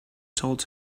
told